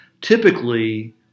Typically